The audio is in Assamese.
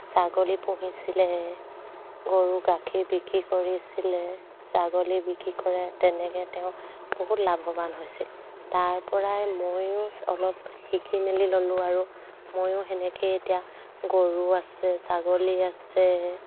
ছাগলী পুহিছিলে গৰু গাখীৰ বিক্ৰী কৰিছিলে ছাগলী বিক্ৰী কৰে তেনেকৈ তেওঁক বহুত লাভৱান হৈছিল তাৰপৰাই ময়ো অলপ শিকি মেলি ল'লোঁ আৰু ময়ো সেনেকৈয়ে এতিয়া গৰু আছে ছাগলী আছে